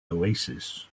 oasis